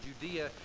Judea